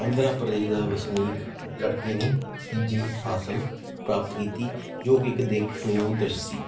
ਆਂਧਰਾ ਪ੍ਰਦੇਸ਼ ਦਾ ਵਸਨੀਕ ਲੜਕੇ ਨੇ ਤੀਜੇ ਹਾਸਲ ਪ੍ਰਾਪਤ ਕੀਤੀ ਜੋ ਕਿ ਇੱਕ ਦੇਖ ਨੇ ਉਹ ਦਰਸੀ